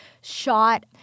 shot